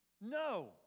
No